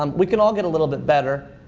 um we can all get a little bit better.